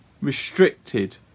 restricted